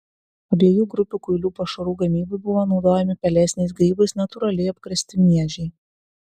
abiejų grupių kuilių pašarų gamybai buvo naudojami pelėsiniais grybais natūraliai apkrėsti miežiai